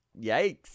yikes